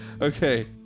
Okay